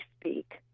speak